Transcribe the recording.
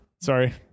Sorry